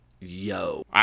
Yo